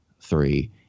three